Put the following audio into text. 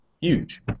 huge